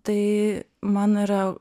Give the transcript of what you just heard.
tai mano yra